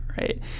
right